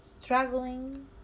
Struggling